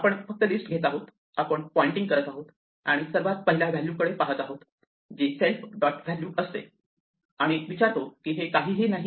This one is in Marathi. आपण फक्त लिस्ट घेत आहोत आपण पॉइंटिंग करत आहोत आणि सर्वात पहिल्या व्हॅल्यूकडे पहात आहोत जी सेल्फ डॉट व्हॅल्यू असते आणि विचारतो की हे काहीही नाही का